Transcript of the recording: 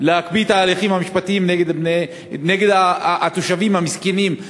להקפיא את ההליכים המשפטיים נגד התושבים המסכנים,